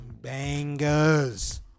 bangers